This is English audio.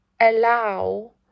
allow